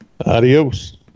Adios